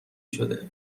شده